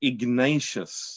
Ignatius